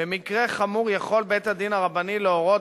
במקרה חמור יכול בית-הדין הרבני להורות